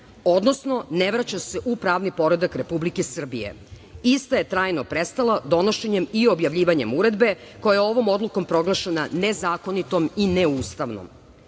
odnosno ne vraća se u pravni poredak Republike Srbije i ista je trajno prestala donošenjem i objavljivanjem Uredbe koja je ovom odlukom proglašena nezakonitom i